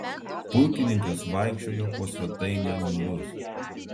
pulkininkas vaikščiojo po svetainę niūrus